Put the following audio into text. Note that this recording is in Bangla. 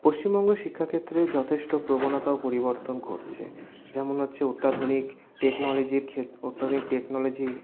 পশ্চিমবঙ্গ শিক্ষাক্ষেত্রে যথেষ্ট প্রবণতা ও পরিবর্তন ঘটছে যেমন হচ্ছে অত্যাধুনিক টেকনোলজির অত্যাধিক টেকনোলজি